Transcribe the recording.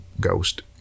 ghost